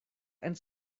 and